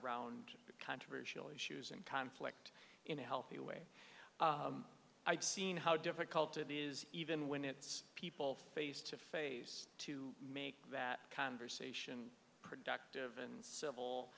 around controversial issues and conflict in a healthy way i've seen how difficult it is even when it's people face to face to make that conversation productive and